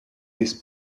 this